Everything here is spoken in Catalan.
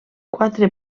quatre